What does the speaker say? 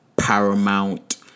paramount